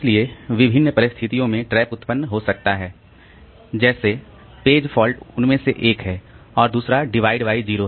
इसलिए विभिन्न परिस्थितियों में ट्रैप उत्पन्न हो सकता है जैसे पेज फॉल्ट उनमें से एक है और दूसरा डिवाइड बाय जीरो